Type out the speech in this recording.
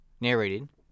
Narrated